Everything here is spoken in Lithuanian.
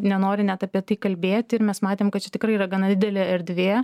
nenori net apie tai kalbėti ir mes matėm kad tikrai yra gana didelė erdvė